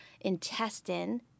intestine